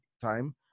time